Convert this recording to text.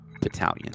battalion